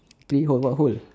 three hole what hole